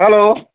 hello